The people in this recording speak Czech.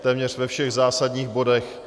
Téměř ve všech zásadních bodech.